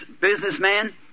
businessman